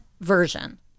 version